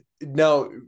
Now